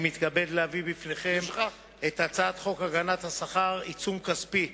אני מתכבד להביא בפניכם את הצעת חוק הגנת השכר (עיצום כספי),